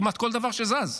כמעט כל דבר שזז,